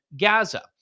Gaza